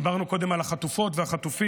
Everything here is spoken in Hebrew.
דיברנו קודם על החטופות והחטופים,